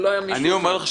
אני אומר לך,